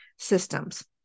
systems